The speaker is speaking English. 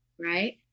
right